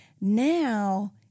Now